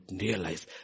realize